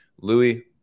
Louis